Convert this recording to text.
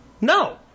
No